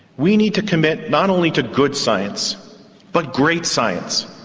we need to commit not only to good science but great science,